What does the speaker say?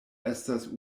estas